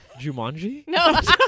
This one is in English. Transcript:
Jumanji